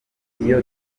iyo